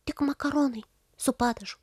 tik makaronai su padažu